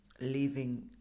living